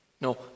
No